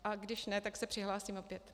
A když ne, tak se přihlásím opět.